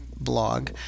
blog